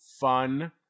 fun